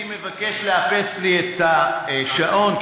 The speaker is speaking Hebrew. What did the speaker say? אני מבקש לאפס לי את השעון,